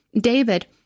David